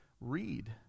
read